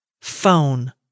Phone